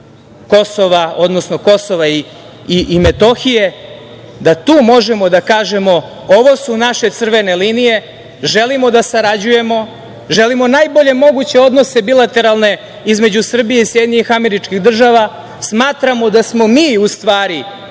Kosova, odnosno Kosova i Metohije, da tu možemo da kažemo – ovo su naše crvene linije, želimo da sarađujemo, želimo najbolje moguće odnose bilateralne između Srbije i SAD, smatramo da smo mi u stvari